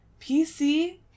PC